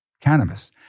Cannabis